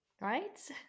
Right